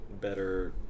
better